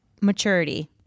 maturity